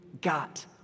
got